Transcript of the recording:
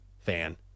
fan